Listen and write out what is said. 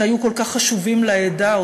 שהיו כל כך חשובים לעדה,